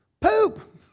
poop